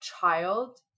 child